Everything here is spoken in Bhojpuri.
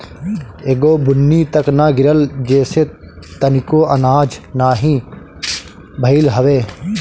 एगो बुन्नी तक ना गिरल जेसे तनिको आनाज नाही भइल हवे